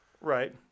Right